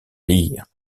lire